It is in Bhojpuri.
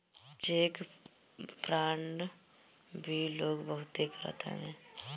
चेक फ्राड भी लोग बहुते करत हवे